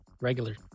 regular